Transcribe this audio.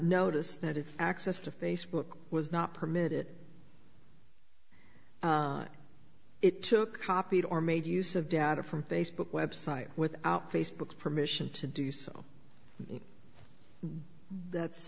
notice that its access to facebook was not permitted it took copied or made use of data from facebook website without facebook permission to do so that's